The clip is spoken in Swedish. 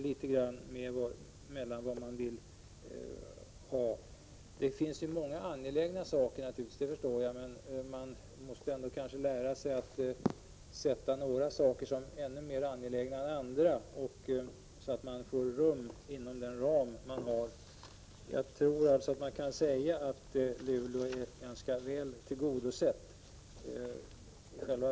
Det finns naturligtvis många angelägna saker. Det förstår jag. Men man måste nog ändå lära sig att ta fram några saker som är mer angelägna än andra, så att man kan hålla sig inom den ram man har. Jag tror alltså att man kan säga att högskolan i Luleå är ganska väl tillgodosedd.